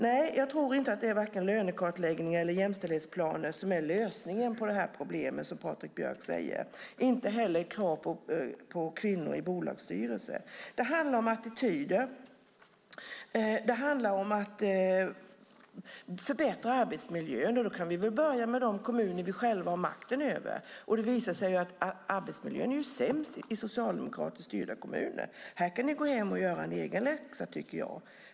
Nej, jag tror inte, som Patrik Björck, att det är vare sig lönekartläggningar eller jämställdhetsplaner som är lösningen på det här problemet, inte heller krav på kvinnor i bolagsstyrelser. Det handlar om attityder. Det handlar om att förbättra arbetsmiljön, och då kan vi väl börja med de kommuner som vi själva har makten över. Det har ju visat sig att arbetsmiljön är sämst i socialdemokratiskt styrda kommuner. Här kan ni gå hem och göra er egen läxa, tycker jag.